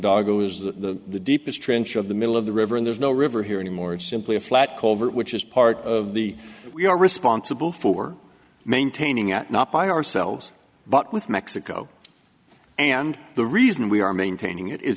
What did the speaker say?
is the deepest trench of the middle of the river and there's no river here anymore it's simply a flat culvert which is part of the we are responsible for maintaining at not by ourselves but with mexico and the reason we are maintaining it is